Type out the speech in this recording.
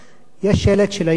יש שלט של העירייה,